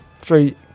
three